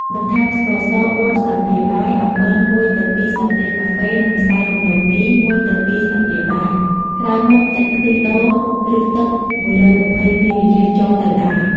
បន្ថែម ស្ករស ៤ ស្លាបព្រាបាយ អំបិល ១ទៅ២ ស្លាបព្រាកាហ្វេ និង ម្សៅដំឡូងមី ១ទៅ២ ស្លាបព្រាបាយ ក្រោយមកចាក់ ខ្ទិះដូង ឬ ទឹក ១២០ មីលីលីត្រចូលទៅដែរ។